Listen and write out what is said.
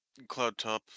Cloudtop